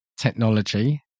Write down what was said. technology